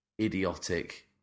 idiotic